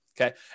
okay